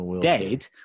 dead